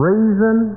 Reason